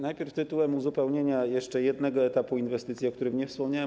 Najpierw tytułem uzupełnienia jeszcze jednego etapu inwestycji, o którym nie wspomniałem.